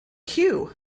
cue